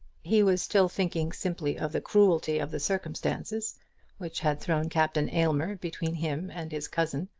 he was still thinking simply of the cruelty of the circumstances which had thrown captain aylmer between him and his cousin,